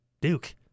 Duke